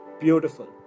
Beautiful